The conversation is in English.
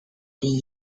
been